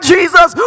Jesus